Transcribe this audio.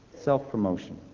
Self-promotion